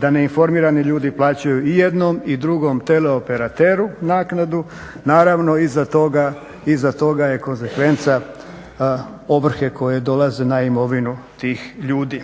da neinformirani ljudi plaćaju i jednom i drugom teleoperateru naknadu. Naravno iza toga je konsekvenca ovrhe koje dolaze na imovinu tih ljudi.